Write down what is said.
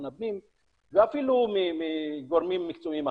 הפנים ואפילו מגורמים מקצועיים אחרים.